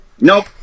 Nope